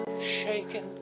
shaken